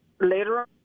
later